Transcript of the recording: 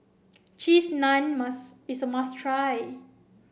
Cheese Naan mas is a must try